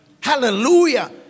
Hallelujah